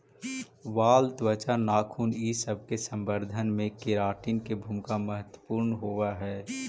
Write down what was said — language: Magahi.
बाल, त्वचा, नाखून इ सब के संवर्धन में केराटिन के भूमिका महत्त्वपूर्ण होवऽ हई